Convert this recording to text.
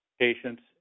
patients